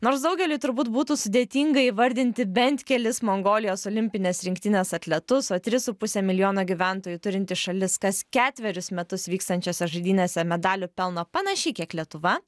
nors daugeliui turbūt būtų sudėtinga įvardinti bent kelis mongolijos olimpinės rinktinės atletus o tris su puse milijono gyventojų turinti šalis kas ketverius metus vykstančiose žaidynėse medalių pelno panašiai kiek lietuva